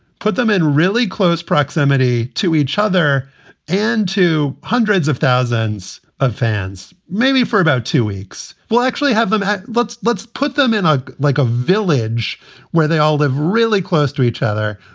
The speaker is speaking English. put them in really close proximity to each other and to hundreds of thousands of fans. maybe for about two weeks we'll actually have them let's let's put them in a like a village where they all live really close to each other.